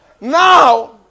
Now